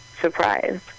surprised